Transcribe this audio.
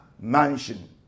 mansion